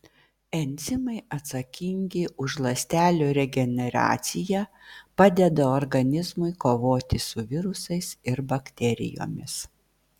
enzimai atsakingi už ląstelių regeneraciją padeda organizmui kovoti su virusais ir bakterijomis